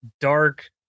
dark